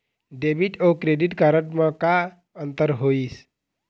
Debit अऊ credit card म का अंतर होइस?